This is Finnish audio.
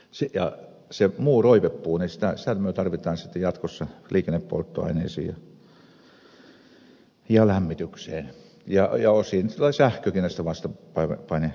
sitä muuta roipepuuta me tarvitaan sitten jatkossa liikennepolttoaineisiin ja lämmitykseen ja osin tulee sähköäkin näistä vastapainelaitoksista